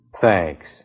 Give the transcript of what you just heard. Thanks